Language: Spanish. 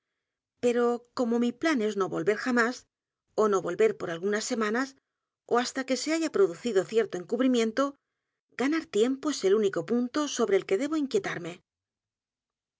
pero como mi plan es no volver jamás ó no volver por algunas semanas ó hasta que se haya producido cierto encubrimiento g a n a r tiempo es el único punto sobre el que debo inquietarme